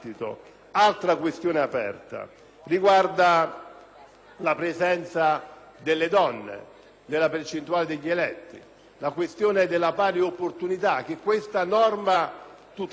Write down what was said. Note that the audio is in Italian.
la presenza delle donne nella percentuale degli eletti. Si tratta di un problema di pari opportunità che questa legge tutela perché obbliga i partiti a candidare un numero di donne